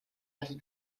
added